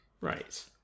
Right